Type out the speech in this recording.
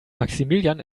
maximilian